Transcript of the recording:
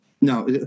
No